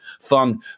fun